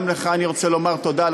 גם לך אני רוצה לומר תודה,